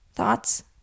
thoughts